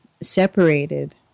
separated